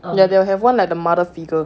ya they'll have someone like the mother figure